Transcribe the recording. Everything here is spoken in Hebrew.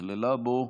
שנכללה בו.